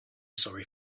sorry